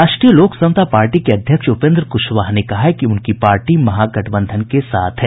राष्ट्रीय लोक समता पार्टी के अध्यक्ष उपेन्द्र कुशवाहा ने कहा है कि उनकी पार्टी महागठबंधन के साथ है